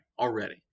already